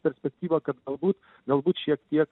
perspektyvą kad galbūt galbūt šiek tiek